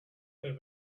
her